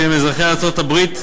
שהם אזרחי ארצות-הברית,